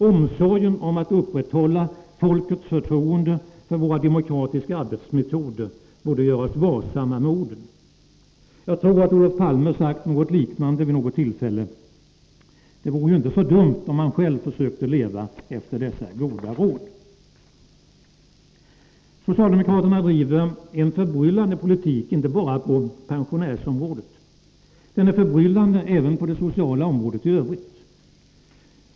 Omsorgen om att upprätthålla folkets förtroende för våra demokratiska arbetsmetoder borde göra oss varsamma med orden. Jag tror att Olof Palme sagt något liknande vid något tillfälle. Det vore inte så dumt om han själv försökte leva efter dessa goda råd. Socialdemokraterna driver en förbryllande politik inte bara på pensionärsområdet. Den är förbryllande även på det sociala området i övrigt.